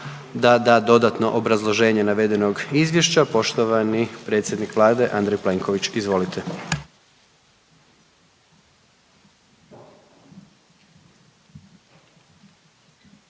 da da dodatno obrazloženje navedenog izvješća, poštovani predsjednik vlade Andrej Plenković, izvolite.